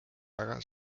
väga